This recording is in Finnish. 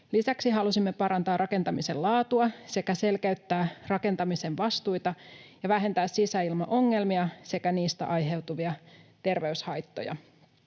Lisäksi halusimme parantaa rakentamisen laatua sekä selkeyttää rakentamisen vastuita ja vähentää sisäilmaongelmia sekä niistä aiheutuvia terveyshaittoja.